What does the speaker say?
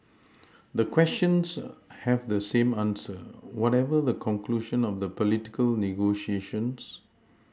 the questions have the same answer whatever the conclusion of the political negotiations